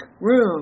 room